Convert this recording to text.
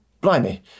Blimey